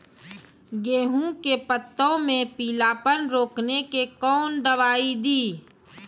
गेहूँ के पत्तों मे पीलापन रोकने के कौन दवाई दी?